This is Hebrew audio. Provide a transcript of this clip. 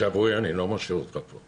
שבוי אני לא משאיר אותך פה.